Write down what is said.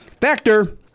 Factor